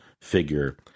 figure